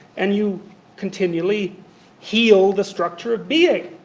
and you continually heal the structure of being.